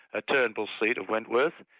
a turnbull seat of wentworth,